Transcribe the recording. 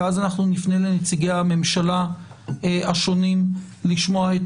ואז אנחנו נפנה לנציגי הממשלה השונים לשמוע את